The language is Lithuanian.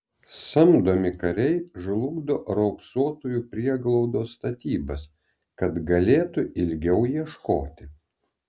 samdomi kariai žlugdo raupsuotųjų prieglaudos statybas kad galėtų ilgiau ieškoti